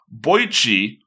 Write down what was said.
Boichi